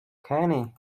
kenny